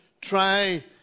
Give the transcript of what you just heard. try